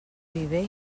viver